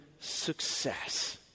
success